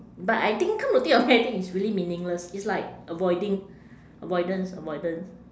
but I think come to think of it I think it's really meaningless it's like avoiding avoidance avoidance